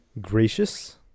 gracious